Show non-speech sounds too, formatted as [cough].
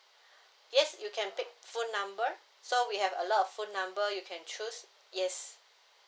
[breath] yes you can pick phone number so we have a lot of phone number you can choose yes